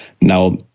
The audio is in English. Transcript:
Now